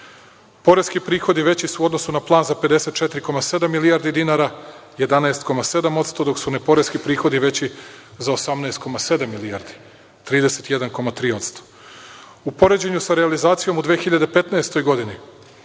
Poreski prihodi veći su u odnosu na plan za 54,7 milijardi dinara, 11,7% dok su neporeski prihodi veći za 18,7 milijardi, 31,3%. U poređenju sa realizacijom u 2015. godini